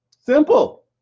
Simple